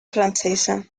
francesa